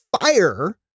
fire